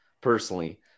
personally